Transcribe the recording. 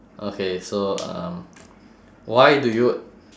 okay so um why do you